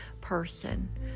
person